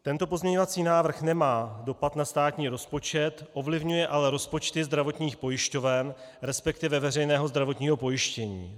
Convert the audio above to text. Tento pozměňovací návrh nemá dopad na státní rozpočet, ovlivňuje ale rozpočty zdravotních pojišťoven, resp. veřejného zdravotního pojištění.